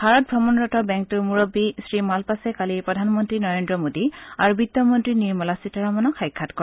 ভাৰত ভ্ৰমণৰত বেংকটোৰ মূৰববী শ্ৰীমালপাছে কালি প্ৰধানমন্ত্ৰী নৰেন্দ্ৰ মোদী আৰু বিত্তমন্ত্ৰী নিৰ্মলা সীতাৰমনক সাক্ষাৎ কৰে